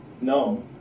No